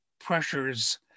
pressures